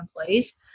employees